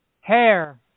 Hair